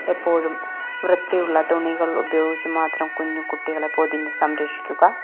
എപ്പോഴും വൃത്തിയുള്ള തുണികള് ഉപയോഗിച്ച് മാത്രം കുഞ്ഞു കുട്ടികളെ പൊതിഞ്ഞു സംരക്ഷിക്കുക